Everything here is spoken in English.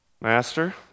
Master